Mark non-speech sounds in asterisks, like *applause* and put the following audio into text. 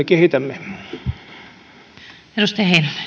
*unintelligible* kehitämme arvoisa